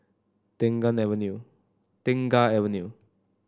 Tengah Avenue Tengah Avenue